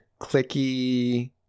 clicky